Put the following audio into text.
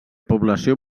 població